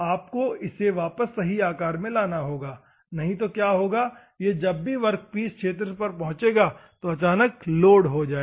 आपको इसे वापस सही आकार में लाना होगा नहीं तो क्या होगा जब भी यह क्षेत्र वर्कपीस पर पहुंचेगा तो अचानक लोड हो जाएगा